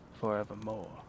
forevermore